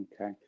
Okay